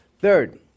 Third